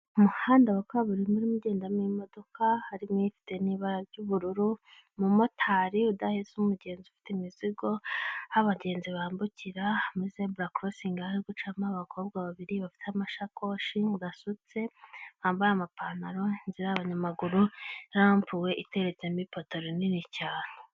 Umuhanda kaburimbo urimo ugendamo imodoka harimo ifite ibara ry'ubururu umumotari udaheza umugenzi ufite imizigo, aho abagenzi bambukira muri zebura korosingi, hari gucamo abakobwa babiri bafite amasakoshi basutse bambaye amapantaro, inzira y'abanyamaguru na ropuwe iteretse iteretsemo ipoto rinini cyane.